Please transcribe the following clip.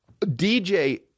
dj